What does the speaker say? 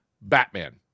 Batman